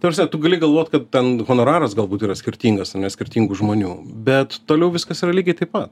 ta prasme tu gali galvot kad ten honoraras galbūt yra skirtingas ane skirtingų žmonių bet toliau viskas yra lygiai taip pat